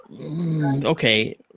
Okay